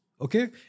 okay